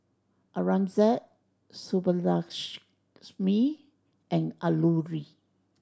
Aurangzeb Subbulakshmi and Alluri